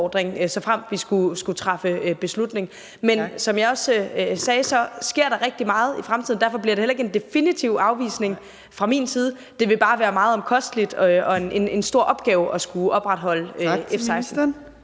Tak til ministeren.